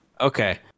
Okay